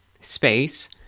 space